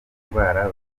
indwara